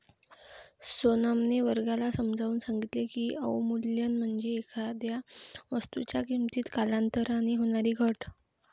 सोनमने वर्गाला समजावून सांगितले की, अवमूल्यन म्हणजे एखाद्या वस्तूच्या किमतीत कालांतराने होणारी घट